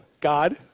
God